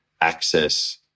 access